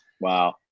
wow